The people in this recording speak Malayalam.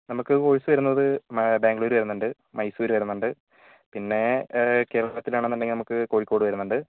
നമ്മൾക്ക് കോഴ്സ് വരുന്നത് ബാംഗ്ലൂർ വരുന്നുണ്ട് മൈസൂർ വരുന്നുണ്ട് പിന്നെ കേരളത്തിൽ ആണെന്ന് ഉണ്ടെങ്കിൽ നമുക്ക് കോഴിക്കോട് വരുന്നുണ്ട്